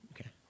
Okay